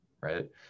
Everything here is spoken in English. right